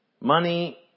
Money